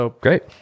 Great